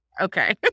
Okay